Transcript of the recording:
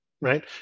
right